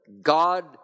God